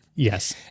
Yes